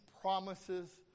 promises